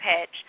pitch